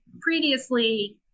previously